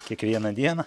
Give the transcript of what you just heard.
kiekvieną dieną